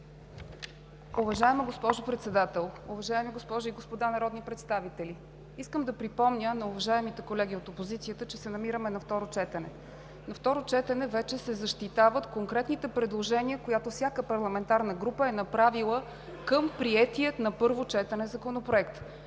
Уважаема госпожо Председател, уважаеми госпожи и господа народни представители! Искам да припомня на уважаемите колеги от опозицията, че се намираме на второ четене. На второ четене вече се защитават конкретните предложения, които всяка парламентарна група е направила към приетия на първо четене Законопроект.